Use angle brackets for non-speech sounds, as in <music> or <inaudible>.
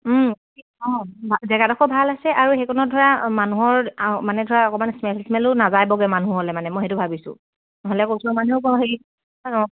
<unintelligible> অঁ জেগাডখৰ ভাল আছে আৰু সেইকণত ধৰা মানুহৰ মানে ধৰা অকণমান স্মেল স্মেলো নাযাবৈগে মানুহলৈ মানে মই সেইটো ভাবিছোঁ নহ'লে আকৌ ওচৰৰ মানুহে <unintelligible>